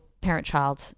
parent-child